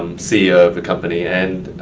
um ceo of a company. and